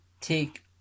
take